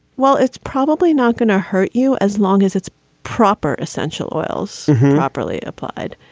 well, it's probably not going to hurt you as long as it's proper. essential oils properly applied.